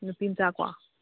ꯅꯨꯄꯤ ꯃꯆꯥꯀꯣ